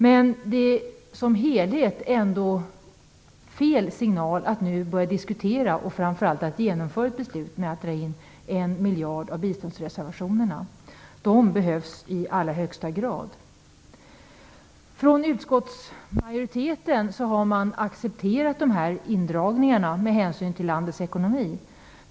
Men som helhet är det ändå fel signal att nu börja diskutera och framför allt att genomföra ett beslut om att dra in 1 miljard av biståndsreservationerna. De behövs i allra högsta grad. Från utskottsmajoriteten har man accepterat indragningarna med hänsyn till landets ekonomi.